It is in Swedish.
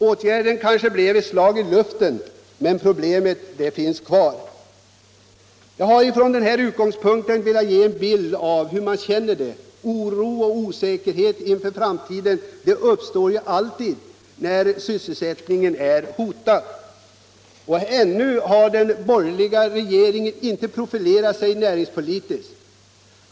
Åtgärden kanske blev etwt slag i luften. Men problemen finns kvar. Jag har från denna utgångspunkt velat ge en bild av hur man känner det — oro och osäkerhet inför framtiden uppstår alltid när sysselsättningen är hotad. Ännu har den borgerliga regeringen inte profilerat sig näringspolitiskt.